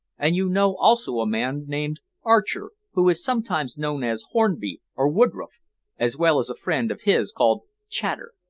and you know also a man named archer who is sometimes known as hornby, or woodroffe as well as a friend of his called chater.